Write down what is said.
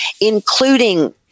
including